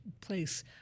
place